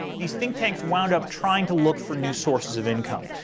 these think tanks wound up trying to look for new sources of income.